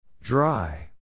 Dry